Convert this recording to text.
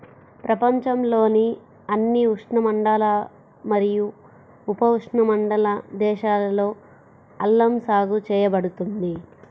ప్రపంచంలోని అన్ని ఉష్ణమండల మరియు ఉపఉష్ణమండల దేశాలలో అల్లం సాగు చేయబడుతుంది